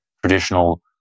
traditional